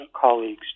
colleagues